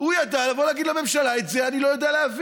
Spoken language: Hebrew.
הוא ידע לבוא ולהגיד לממשלה: את זה אני לא יודע להביא,